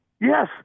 yes